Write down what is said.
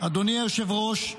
אדוני היושב-ראש,